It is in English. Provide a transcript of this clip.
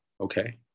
Okay